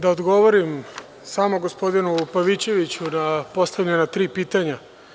Da odgovorim samo gospodinu Pavićeviću na postavljena tri pitanja.